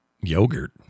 yogurt